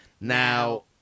Now